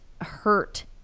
hurt